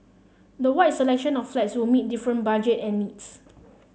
the wide selection of flats will meet different budget and needs